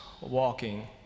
walking